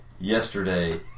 yesterday